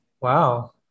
Wow